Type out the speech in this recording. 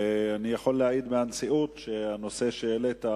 ואני יכול להעיד מהנשיאות שהנושא שהעלית,